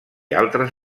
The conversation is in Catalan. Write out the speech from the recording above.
altres